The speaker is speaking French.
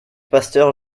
pasteur